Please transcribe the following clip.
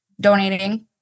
donating